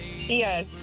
Yes